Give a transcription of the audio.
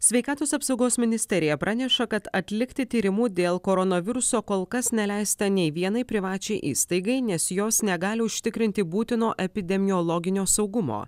sveikatos apsaugos ministerija praneša kad atlikti tyrimų dėl koronaviruso kol kas neleista nei vienai privačiai įstaigai nes jos negali užtikrinti būtino epidemiologinio saugumo